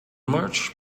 march